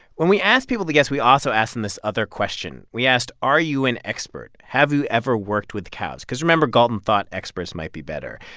when we asked people to guess, we also asked them this other question. we asked, are you an expert? have you ever worked with cows? because remember, galton thought experts might be better.